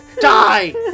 Die